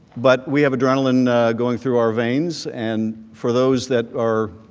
but we have adrenaline going through our veins. and for those that are